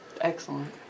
Excellent